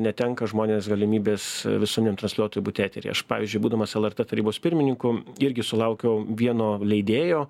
netenka žmonės galimybės visuomiam transliuotojui būti eteryje aš pavyzdžiui būdamas lrt tarybos pirmininku irgi sulaukiau vieno leidėjo